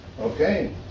okay